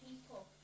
people